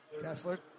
Kessler